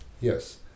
yes